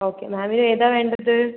okay മാമിന് ഏതാണ് വേണ്ടത്